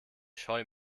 scheu